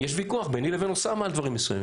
יש ויכוח ביני לבין אוסאמה על דברים מסוימים,